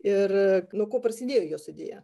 ir nuo ko prasidėjo jos idėja